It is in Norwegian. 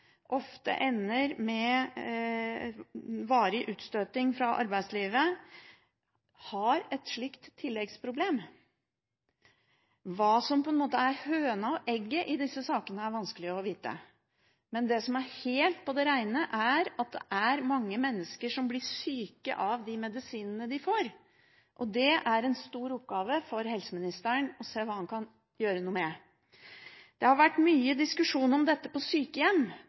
ofte ender opp med varig utstøting fra arbeidslivet – har et slikt tilleggsproblem. Hva som på en måte er høna og egget i disse sakene, er vanskelig å vite. Men det som er helt på det rene, er at det er mange mennesker som blir syke av de medisinene de får, og det er en stor oppgave for helseministeren å se hva han kan gjøre med det. Det har vært mye diskusjon om dette på sykehjem,